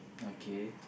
okay